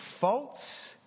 faults